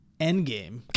Endgame